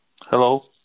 Hello